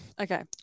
Okay